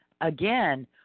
again